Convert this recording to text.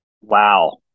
Wow